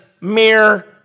mere